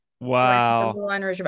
Wow